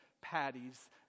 patties